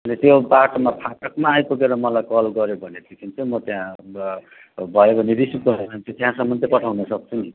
अनि त्यो बाटोमा फाटकमा आइपुगेर मलाई कल गऱ्यो भनेदेखिन् चाहिँ म त्यहाँ भयो भने रिसिभ गर्ने मान्छे त्यहाँसम्म चाहिँ पठाउन सक्छु नि